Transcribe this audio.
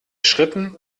schritten